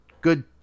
good